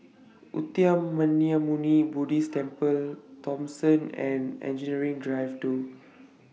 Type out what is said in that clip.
Uttamayanmuni Buddhist Temple Thomson and Engineering Drive two